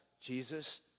Jesus